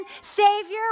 Savior